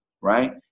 right